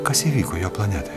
kas įvyko jo planetoj